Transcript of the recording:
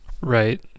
right